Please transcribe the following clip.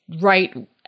right